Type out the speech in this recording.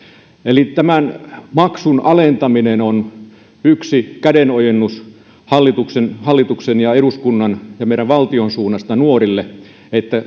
eli tämän maksun alentaminen on yksi kädenojennus hallituksen hallituksen ja eduskunnan ja meidän valtion suunnasta nuorille että